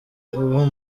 uba